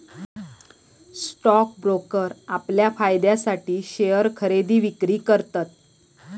stock broker आपल्या फायद्यासाठी share खरेदी विक्री करतत